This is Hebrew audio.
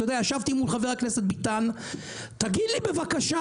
ישבתי עם חבר הכנסת ביטן ושאלתי אותו: "תגיד לי בבקשה,